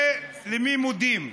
זה למי מודים.